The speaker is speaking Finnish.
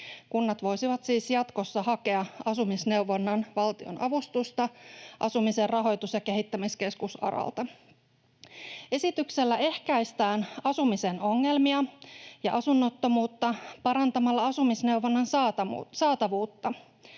Kunnat voisivat siis jatkossa hakea asumisneuvonnan valtionavustusta Asumisen rahoitus- ja kehittämiskeskus ARAlta. Esityksellä ehkäistään asumisen ongelmia ja asunnottomuutta parantamalla asumisneuvonnan saatavuutta